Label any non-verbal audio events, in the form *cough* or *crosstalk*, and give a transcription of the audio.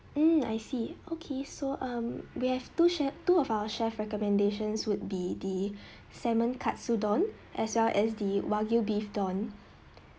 mm I see okay so um we have two chef two of our chef recommendations would be the *breath* salmon katsudon as well as the wagyu beef don